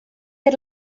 der